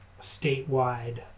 statewide